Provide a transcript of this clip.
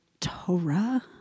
Torah